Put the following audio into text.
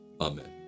Amen